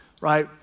right